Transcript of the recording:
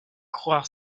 croire